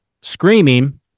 screaming